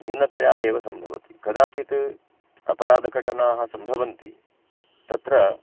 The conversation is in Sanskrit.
न्यूनतया एव सम्भवति कदाचित् अपराधघटनाः सम्भवन्ति तत्र